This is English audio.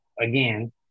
again